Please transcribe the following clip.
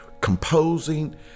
composing